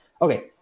Okay